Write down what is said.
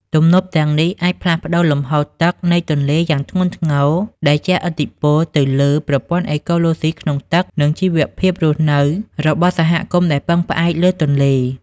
ទំនប់ទាំងនេះអាចផ្លាស់ប្តូរលំហូរទឹកនៃទន្លេយ៉ាងធ្ងន់ធ្ងរ ដែលជះឥទ្ធិពលទៅលើ ប្រព័ន្ធអេកូឡូស៊ីក្នុងទឹក និងជីវភាពរស់នៅរបស់សហគមន៍ដែលពឹងផ្អែកលើទន្លេ។